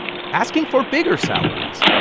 asking for bigger salaries,